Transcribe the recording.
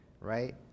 right